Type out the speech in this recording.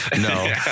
No